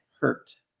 hurt